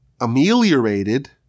ameliorated